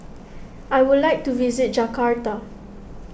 I would like to visit Jakarta